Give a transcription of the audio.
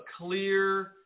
clear